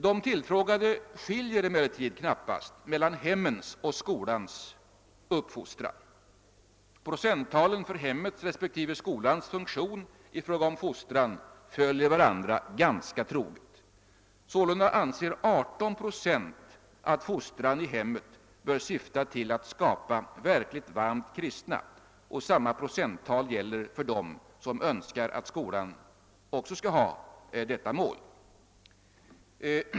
De tillfrågade skiljer emellertid knappast mellan hemmets och skolans uppfostran. Procenttalen för hemmets respektive skolans funktion i fråga om fostran följer varandra ganska troget. Sålunda anser 18 procent att fostran i hemmet bör syfta till att skapa verkligt varmt kristna, och samma procenttal gäller för dem som önskar att också skolan skall ha detta mål.